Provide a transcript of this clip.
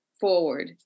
forward